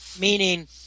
Meaning